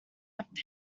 left